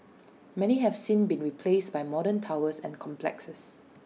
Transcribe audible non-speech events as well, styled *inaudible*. *noise* many have since been replaced by modern towers and complexes